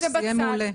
יהיה מעולה.